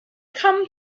come